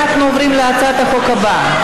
אנחנו עוברים להצעת החוק הבאה,